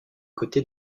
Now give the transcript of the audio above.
côté